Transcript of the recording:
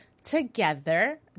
together